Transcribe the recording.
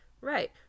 right